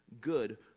good